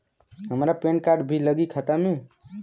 हमार PAN card भी लगी खाता में?